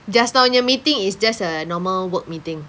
just now punya meeting is just a normal work meeting